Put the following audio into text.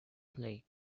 plaque